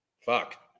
fuck